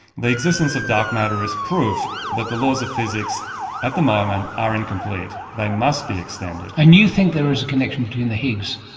existence of dark matter is proof that the laws of physics at the moment are incomplete. they must be extended. and you think there is a connection between the higgs,